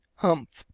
humph!